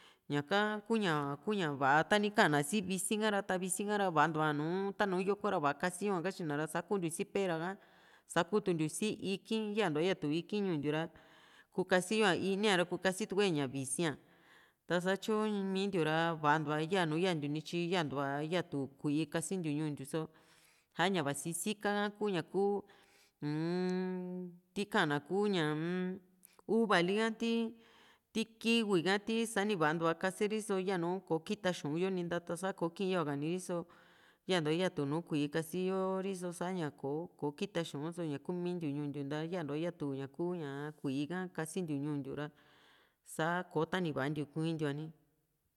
ñaka kuña kuña va´a tani ka´an na sii visi´n ka ra ta visi´n ka´ra va´a ntua nu tanu yoko ra va´a kasiyo a katyina ra sa kuntiu si pera ka sakutukuntiu iki´n yantua yaatu iki´n ñuu ntiu ra ku kasi yo inia ra kuu kasitukue ña visíaa ta satyo miintiu ra va´a ntua ya nùù yantiu ni tyi yantuva yatu kui´i kasintiu ñuu ntiu só saña vasi siika ha ku ña´ku umm tika na ku un uva li´a si ti kiwi ha ti sani va´a ntua kaseri só yanu kò´o kita xu´un yo ninta ta´sa kò´o kii´n yoa´kai riso yantua yatu nùù kui´i kasiyo riso sa´ña kò´o ko kita xu´un só ña kumintiu ñuu ntiu nira yantua yatu kuu ña kui´i ka kasintiu ñuu ntiu ra